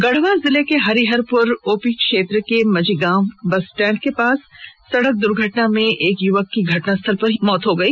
गढ़वा जिले के हरिहरपुर ओपी क्षेत्र के मझिगावां बस स्टैंड के पास हुई सड़क दुर्घटना में एक युवक की घटनास्थल पर ही मौत हो गई